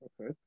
Okay